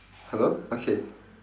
hello okay